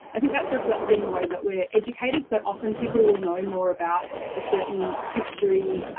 i think that is reflected in the way that we are educated so often people will know more about a certain history,